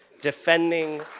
defending